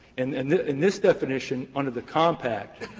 and and in this definition under the compact,